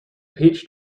peach